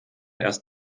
erst